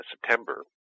September